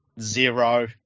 Zero